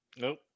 Nope